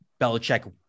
Belichick